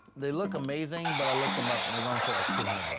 they look amazing, but i looked them up and they're going for like two hundred but